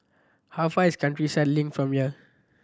how far is Countryside Link from here